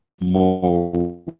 more